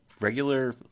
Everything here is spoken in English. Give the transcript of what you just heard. regular